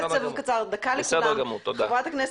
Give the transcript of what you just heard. קצר, דקה לכולם.